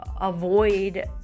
avoid